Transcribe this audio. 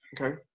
Okay